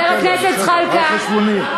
על חשבוני.